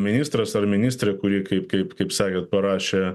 ministras ar ministrė kuri kaip kaip kaip sakėt parašė